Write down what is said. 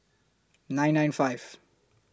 nine nine five